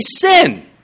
sin